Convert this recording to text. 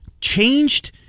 changed